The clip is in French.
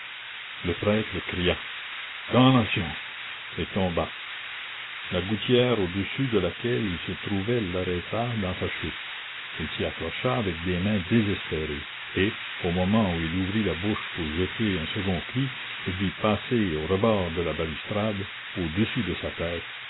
le prêtre cria damnation et tomba la gouttière au-dessus de laquelle il se trouvait l'arrêta dans sa chute il s'y accrocha avec des mains désespérées et au moment où il ouvrit la bouche pour jeter un second cri il vit passer au rebord de la balustrade au-dessus de sa tête